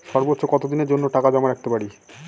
সর্বোচ্চ কত দিনের জন্য টাকা জমা রাখতে পারি?